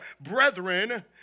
brethren